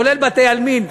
כולל בתי-עלמין.